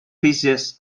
pieces